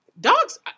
Dogs